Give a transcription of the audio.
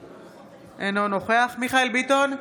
אינו נוכח מיכאל מרדכי ביטון,